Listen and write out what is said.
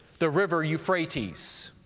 the river euphrates.